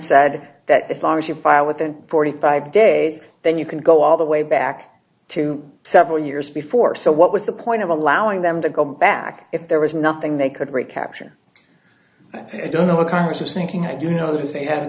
said that as long as you file within forty five days then you can go all the way back to several years before so what was the point of allowing them to go back if there was nothing they could recapture i don't know what congress is thinking i do know that if they ha